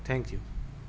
thank you